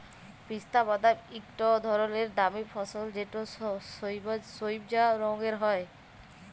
পিস্তা বাদাম ইকট ধরলের দামি ফসল যেট সইবজা রঙের হ্যয়